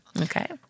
Okay